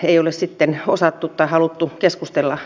ei ole sitten osattu tai haluttu keskustella